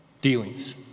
dealings